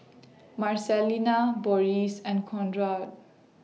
Marcelina Boris and Conrad